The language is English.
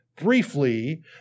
Briefly